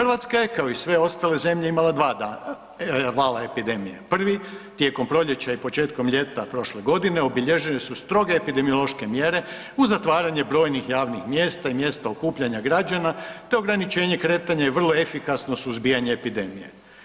Hrvatska je kao i sve ostale zemlje imala dva vala epidemije, prvi tijekom proljeća i početkom ljeta prošle godine, obilježene su stroge epidemiološke mjere uz zatvaranje brojnih mjesta i mjesta okupljanja građana te ograničenje kretanja i vrlo efikasno suzbijanje epidemije.